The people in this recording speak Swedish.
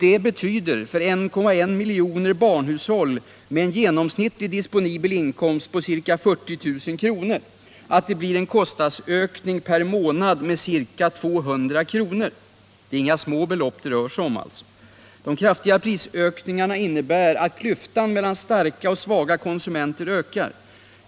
Det betyder för 1,1 milj. barnhushåll med en genomsnittlig disponibel inkomst på ca 40 000 kr en kostnadsökning per månad med ca 200 kr. Det är alltså inga små belopp det rör sig om. De kraftiga prisökningarna innebär att klyftan mellan starka och svaga konsumenter ökar.